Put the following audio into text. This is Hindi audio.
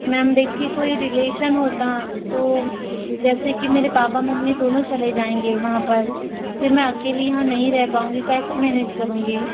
मैम देखिए कोई रिलेशन होता तो जैसे कि मेरे पापा मम्मी दोनों चले जाएँगे वहाँ पर फिर मैं अकेली यहाँ पर नहीं रह पाऊँगी कैसे मैनेज करुँगी